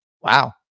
Wow